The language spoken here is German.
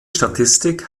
statistik